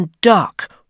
duck